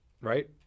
right